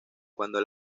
cuando